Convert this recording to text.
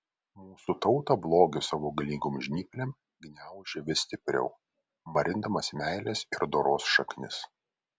mūsų tautą blogis savo galingom žnyplėm gniaužia vis stipriau marindamas meilės ir doros šaknis